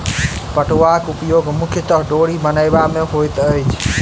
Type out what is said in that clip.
पटुआक उपयोग मुख्यतः डोरी बनयबा मे होइत अछि